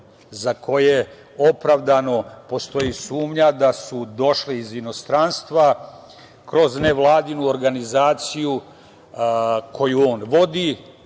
za koje opravdano postoji sumnja da su došle iz inostranstva kroz nevladinu organizaciju koju on vodi.